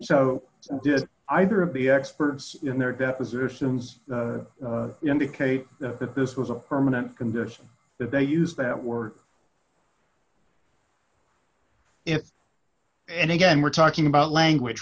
so did either of the experts in their depositions indicate that this was a permanent condition that they use that word if and again we're talking about language